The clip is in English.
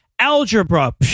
Algebra